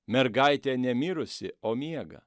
mergaitė ne mirusi o miega